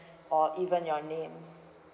or even your names